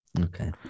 okay